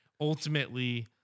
ultimately